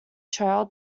trail